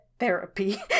therapy